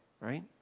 right